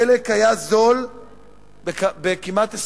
הדלק היה זול בכמעט 20%,